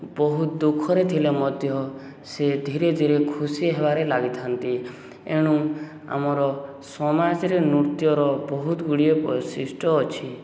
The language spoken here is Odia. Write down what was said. ବହୁତ ଦୁଃଖରେ ଥିଲେ ମଧ୍ୟ ସେ ଧୀରେ ଧୀରେ ଖୁସି ହେବାରେ ଲାଗିଥାନ୍ତି ଏଣୁ ଆମର ସମାଜରେ ନୃତ୍ୟର ବହୁତ ଗୁଡ଼ିଏ ବୈଶିଷ୍ଟ୍ୟ ଅଛି